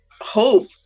hope